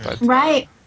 Right